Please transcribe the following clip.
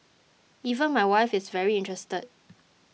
even my wife is very interested